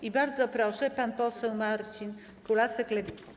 I bardzo proszę, pan poseł Marcin Kulasek, Lewica.